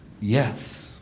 Yes